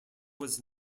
was